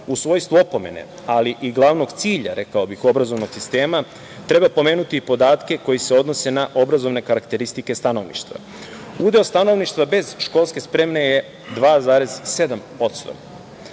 u svojstvu opomene, ali i glavnog cilja, rekao bih, obrazovnog sistema treba pomenuti podatke koji se odnose na obrazovne karakteristike stanovništva. Udeo stanovništva bez školske spreme je 2,7%,